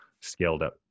scaled-up